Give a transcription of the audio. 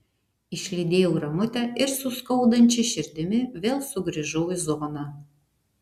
išlydėjau ramutę ir su skaudančia širdimi vėl sugrįžau į zoną